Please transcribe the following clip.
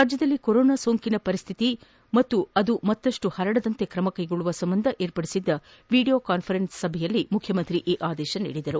ರಾಜ್ಲದಲ್ಲಿ ಕೊರೋನಾ ಸೋಂಕಿನ ಪರಿಸ್ಥಿತಿ ಮತ್ತು ಅದು ಮತ್ತಷ್ಟು ಪರಡದಂತೆ ಕ್ರಮಕ್ಕೆಗೊಳ್ಳುವ ಸಂಬಂಧ ಏರ್ಪಡಿಸಿದ್ದ ವಿಡಿಯೋ ಕಾನ್ವರೆನ್ಸ್ ಸಭೆಯಲ್ಲಿ ಮುಖ್ಯಮಂತ್ರಿ ಈ ಆದೇಶ ನೀಡಿದ್ದಾರೆ